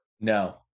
no